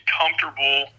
comfortable